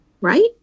right